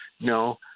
No